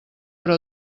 hora